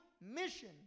mission